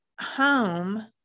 home